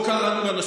יאיר